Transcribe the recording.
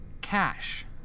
Cash